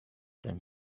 then